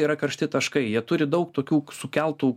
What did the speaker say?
yra karšti taškai jie turi daug tokių sukeltų